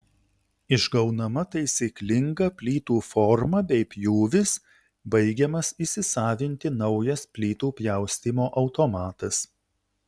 išgaunama taisyklinga plytų forma bei pjūvis baigiamas įsisavinti naujas plytų pjaustymo automatas